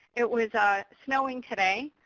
it was snowing today.